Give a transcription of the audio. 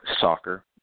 soccer